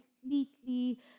completely